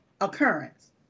occurrence